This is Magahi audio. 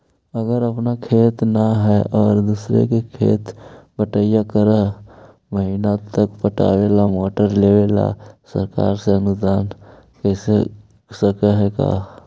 अगर अपन खेत न है और दुसर के खेत बटइया कर महिना त पटावे ल मोटर लेबे ल सरकार से अनुदान मिल सकले हे का?